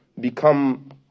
become